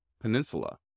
Peninsula